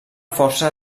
força